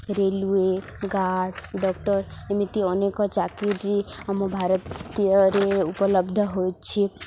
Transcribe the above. railway guard doctor ଏମିତି ଅନେକ ଚାକିରି ଆମ ଭାରତୀୟରେ ଉପଲବ୍ଧ ହୋଇଛି